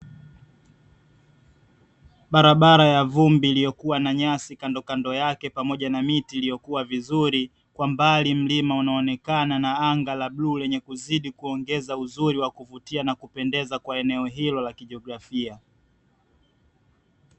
Barabara ya vumbi iliyokuwa na nyasi kandokando yako pamoja na miti iliyokuwa vizuri kwa mbali mlima unaonekana na anga la bluu linaloongeza uzuri huo wa kijiografia